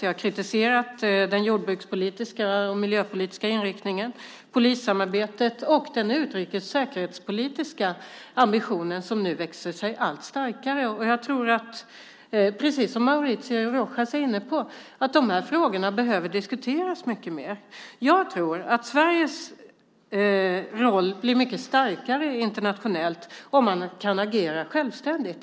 Jag har kritiserat den jordbrukspolitiska och miljöpolitiska inriktningen, polissamarbetet och den utrikes och säkerhetspolitiska ambitionen som nu växer sig allt starkare. Jag tror, precis som Mauricio Rojas är inne på, att de här frågorna behöver diskuteras mycket mer. Jag tror att Sveriges roll blir mycket starkare internationellt om man kan agera självständigt.